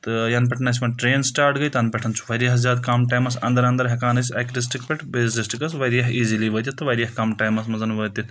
تہٕ یَنہٕ پؠٹھ اَسہِ یِمَن ٹَرٛین سٕٹاٹ گٔے تَنہٕ پؠٹھ چھُ واریاہ زیادٕ کَم ٹایمَس اَندَر انٛدَر ہؠکان أسۍ اَکہِ ڈِسٹِرک پؠٹھ بیٚیِس ڈِسٹِرکَس واریاہ ایٖزِلی وٲتِتھ تہٕ واریاہ کَم ٹایمَس منٛز وٲتِتھ